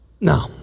No